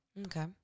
Okay